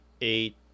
eight